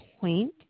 point